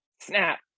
Snap